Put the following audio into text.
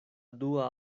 dua